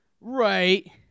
Right